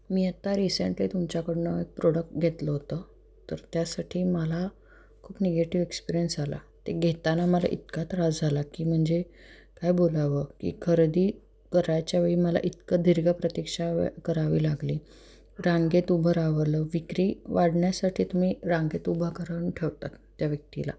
मी आत्ता रिसेंटली तुमच्याकडनं प्रोडक्ट घेतलं होतं तर त्यासाठी मला खूप निगेटिव एक्सपिरियन्स आला ते घेताना मला इतका त्रास झाला की म्हणजे काय बोलावं की खरेदी करायच्या वेळी मला इतकं दीर्घ प्रतिक्षा करावी लागली रांगेत उभं राहावं विक्री वाढण्यासाठी तुम्ही रांगेत उभं करवून ठेवता त्या व्यक्तीला